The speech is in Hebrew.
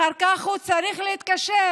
אחר כך הוא צריך להתקשר,